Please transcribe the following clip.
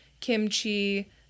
kimchi